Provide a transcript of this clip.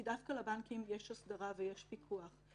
כי דווקא לבנקים יש הסדרה ויש פיקוח.